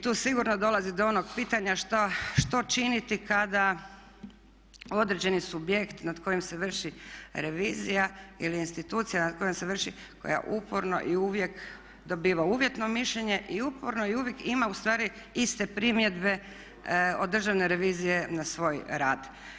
Tu sigurno dolazi do onog pitanja što činiti kada određeni subjekt nad kojim se vrši revizija ili institucija nad kojom se vrši koja uporno i uvijek dobiva uvjetno mišljenje i uporno i uvijek ima ustvari iste primjedbe održane revizije na svoj rad.